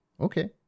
Okay